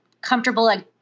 comfortable